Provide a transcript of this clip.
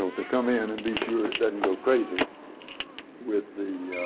to come in and be sure it doesn't go crazy with the